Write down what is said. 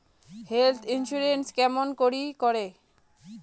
Health insurance কেমন করি করে?